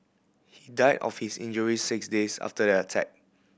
he died of his injuries six days after the attack